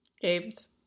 games